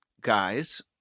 guys